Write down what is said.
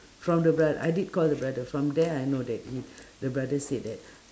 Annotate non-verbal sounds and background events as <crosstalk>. from the bro~ I did call the brother from there I know that he <breath> the brother said that